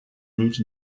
root